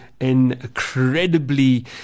incredibly